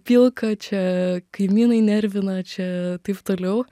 pilka čia kaimynai nervina čia taip toliau